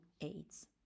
aids